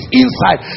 inside